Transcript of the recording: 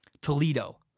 Toledo